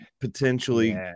potentially